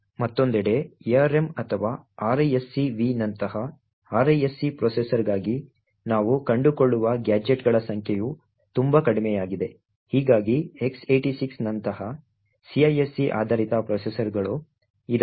ಮತ್ತೊಂದೆಡೆ ARM ಅಥವಾ RISC V ನಂತಹ RISC ಪ್ರೊಸೆಸರ್ಗಾಗಿ ನಾವು ಕಂಡುಕೊಳ್ಳುವ ಗ್ಯಾಜೆಟ್ಗಳ ಸಂಖ್ಯೆಯು ತುಂಬಾ ಕಡಿಮೆಯಾಗಿದೆ ಹೀಗಾಗಿ X86 ನಂತಹ CISC ಆಧಾರಿತ ಪ್ರೊಸೆಸರ್ಗಳು ಇದಾಗಿದೆ